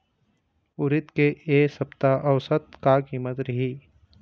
उरीद के ए सप्ता औसत का कीमत रिही?